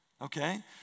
okay